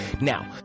now